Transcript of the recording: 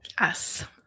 Yes